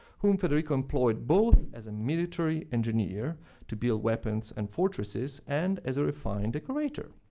whom federico employed both as a military engineer to build weapons and fortresses, and as a refined decorator.